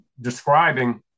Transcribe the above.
describing